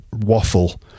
waffle